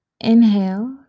Inhale